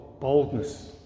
boldness